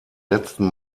letzten